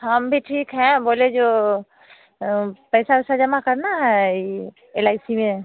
हम भी ठीक हैं बोले जो पैसा वैसा जमा करना है यह एल आई सी में